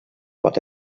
pot